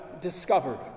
discovered